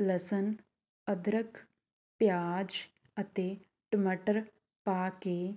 ਲਸਣ ਅਦਰਕ ਪਿਆਜ਼ ਅਤੇ ਟਮਾਟਰ ਪਾ ਕੇ